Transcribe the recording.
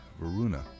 Varuna